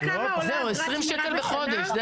זה העניין העקרוני.